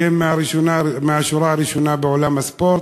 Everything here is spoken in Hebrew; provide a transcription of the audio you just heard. שהם מהשורה הראשונה בעולם הספורט,